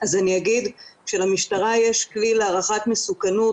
אז אני אגיד שלמשטרה יש כלי להערכת מסוכנות